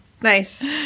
Nice